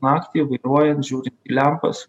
naktį vairuojant žiūrit į lempas